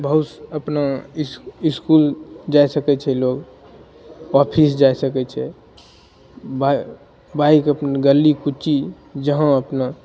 बहुत अपना ईस इसकुल जा सकै छै लोग ऑफिस जा सकै छै बाइ बाइक अपन गली कूची जहाँ अपना